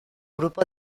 grupo